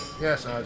Yes